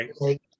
right